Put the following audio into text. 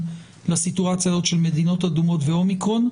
לסיטואציה הזאת של מדינות אדומות ו-אומיקרון,